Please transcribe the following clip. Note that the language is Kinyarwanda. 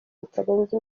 bitarenze